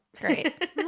Great